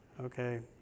Okay